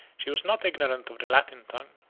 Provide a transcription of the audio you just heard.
she was not ignorant of the latin tongue,